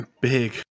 big